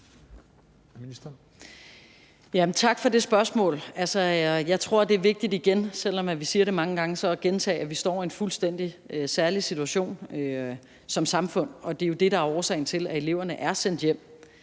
Tak for det spørgsmål. Jeg tror, det er vigtigt igen, selv om vi siger det mange gange, at gentage, at vi står i en fuldstændig særlig situation som samfund, og det er jo det, der er årsagen til, at eleverne på skolehjemmene